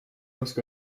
oska